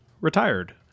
retired